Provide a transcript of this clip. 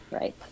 Right